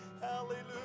Hallelujah